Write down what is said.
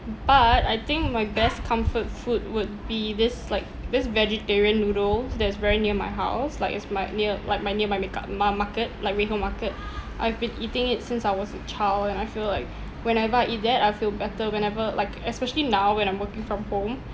but I think my best comfort food would be this like this vegetarian noodles that's very near my house like it's might near like my near my make up mar~ market like reho market I've been eating it since I was a child and I feel like whenever I eat that I feel better whenever like especially now when I'm working from home